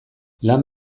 lan